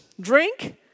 drink